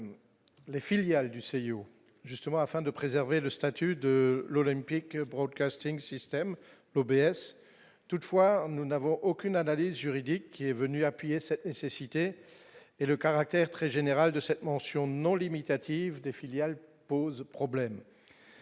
les filiales du CIO justement afin de préserver le statut de l'Olympique Broadcasting System le BS toutefois : nous n'avons aucune analyse juridique qui est venu appuyer cette nécessité et le caractère très générale de cette mention non limitative des filiales pose problème,